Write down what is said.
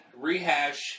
Rehash